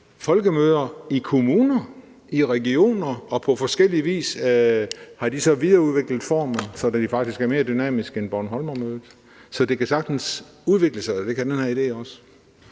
mange kommuner og regioner, og på forskellig vis har de så videreudviklet formen, sådan at de faktisk er mere dynamiske end Bornholmermødet. Så det kan sagtens udvikle sig, og det kan den her idé også.